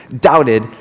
doubted